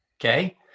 okay